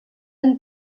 and